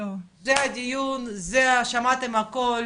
זה הדיון, שמעתם הכל